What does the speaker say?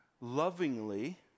lovingly